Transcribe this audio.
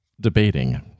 debating